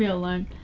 yeah alone.